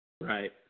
Right